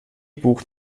buch